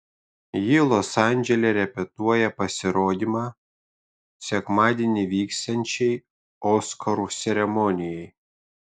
ji los andžele repetuoja pasirodymą sekmadienį vyksiančiai oskarų ceremonijai